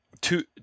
Two